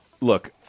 look